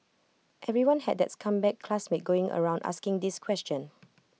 everyone had that's comeback classmate going around asking this question